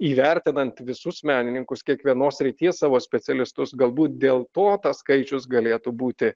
įvertinant visus menininkus kiekvienos srities savo specialistus galbūt dėl to tas skaičius galėtų būti